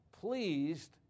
pleased